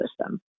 system